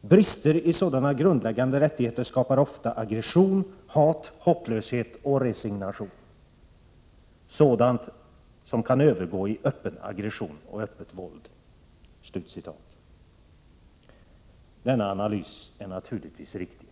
Brister i sådana grundläggande rättigheter skapar ofta aggression, hat, hopplöshet och resignation, sådant som kan övergå i öppen aggression och öppet våld.” Denna analys är naturligtvis riktig.